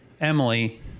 Emily